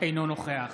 אינו נוכח